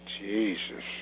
Jesus